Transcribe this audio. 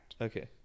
okay